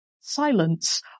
silence